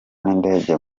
n’indege